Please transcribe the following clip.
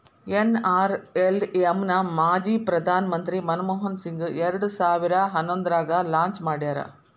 NRLM ನ ಮಾಜಿ ಪ್ರಧಾನ್ ಮಂತ್ರಿ ಮನಮೋಹನ್ ಸಿಂಗ್ ಎರಡ್ ಸಾವಿರ ಹನ್ನೊಂದ್ರಾಗ ಲಾಂಚ್ ಮಾಡ್ಯಾರ